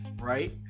Right